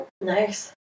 Nice